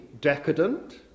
decadent